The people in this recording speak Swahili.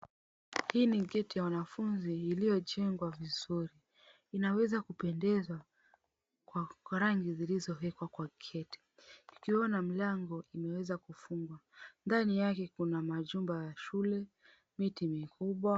Hii ni geti ya wanafunzi iliyojengwa vizuri. Inaweza kupendezwa kwa kwa rangi zilizowekwa kwa geti. Tukiwaona mlango imeweza kufungwa. Ndani yake kuna majumba ya shule, miti mikubwa.